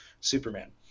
Superman